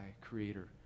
Creator